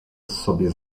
sobie